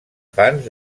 fans